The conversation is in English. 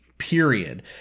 period